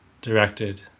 directed